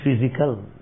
physical